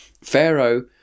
Pharaoh